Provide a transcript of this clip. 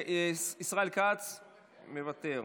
ישראל כץ מוותר,